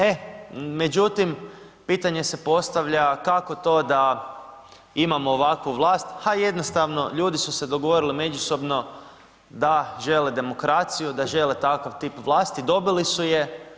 E, međutim, pitanje se postavlja kako to da imamo ovakvu vlast, ha, jednostavno ljudi su se dogovorili međusobno da žele demokraciju, da žele takav tip vlasti, dobili su je.